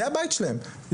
זה הבית שלהם,